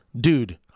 Dude